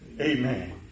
Amen